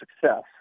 success